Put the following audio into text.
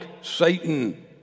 Satan